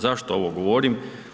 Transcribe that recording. Zašto ovo govorim?